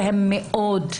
שהם מאוד אינטנסיביים,